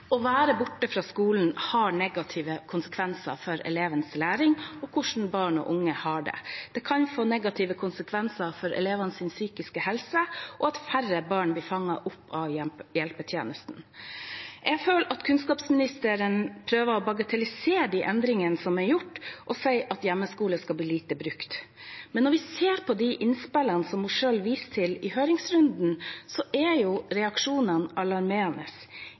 Å være borte fra skolen har negative konsekvenser for elevenes læring og hvordan barn og unge har det. Det kan få negative konsekvenser for elevenes psykiske helse og at færre barn blir fanget opp av hjelpetjenesten. Jeg føler at kunnskapsministeren prøver å bagatellisere de endringene som er gjort, og sier at hjemmeskole skal bli lite brukt. Men når vi ser på innspillene som hun selv viser til i høringsrunden, er jo reaksjonene alarmerende,